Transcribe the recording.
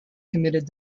committed